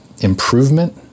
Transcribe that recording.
improvement